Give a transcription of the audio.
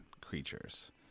creatures